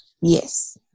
Yes